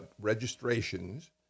registrations